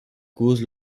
cause